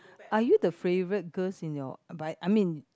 are you the favourite girls in your but I mean